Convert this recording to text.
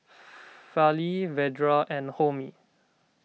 Fali Vedre and Homi